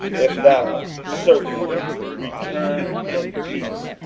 if thou certainly return in peace,